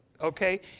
okay